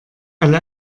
alle